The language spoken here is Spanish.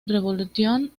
revolution